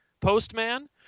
Postman